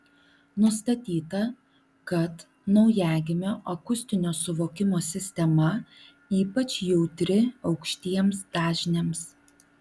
nustatyta kad naujagimio akustinio suvokimo sistema ypač jautri aukštiems dažniams